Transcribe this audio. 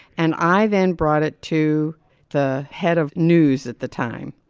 and i then brought it to the head of news at the time.